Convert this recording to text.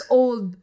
old